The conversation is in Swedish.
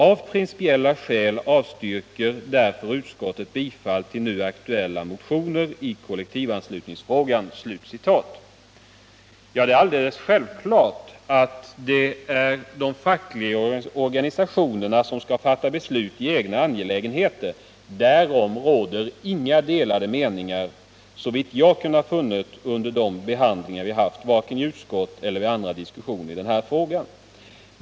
Av principiella skäl avstyrker därför utskottet bifall till nu aktuella motioner i kollektivanslutningsfrågan.” Det är alldeles självklart att det är de fackliga organisationerna som skall fatta beslut i egna angelägenheter. Därom råder inga delade meningar såvitt jag har kunnat finna under denna frågas behandling i utskottet och i andra diskussioner som vi fört.